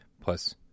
plus